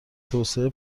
توسعه